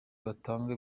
batanga